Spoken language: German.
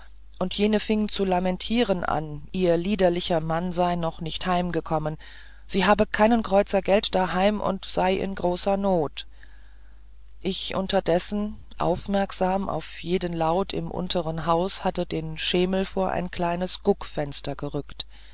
und jene fing zu lamentieren an ihr liederlicher mann sei noch nicht heimgekommen sie habe keinen kreuzer geld daheim und sei in großer not ich unterdessen aufmerksam auf jeden laut im untern hause hatte den schemel vor ein kleines guckfenster gerückt